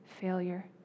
failure